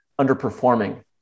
underperforming